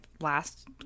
last